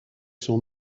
son